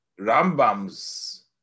Rambam's